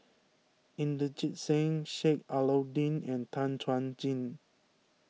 Inderjit Singh Sheik Alau'ddin and Tan Chuan Jin